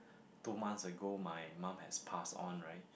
two months ago my mum has passed on right